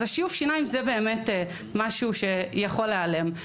אז שיוף השיניים, זה באמת משהו שיכול להיעלם.